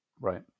Right